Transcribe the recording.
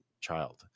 child